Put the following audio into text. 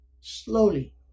Slowly